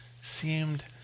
seemed